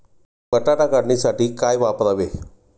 बटाटा काढणीसाठी काय वापरावे?